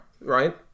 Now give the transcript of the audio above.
Right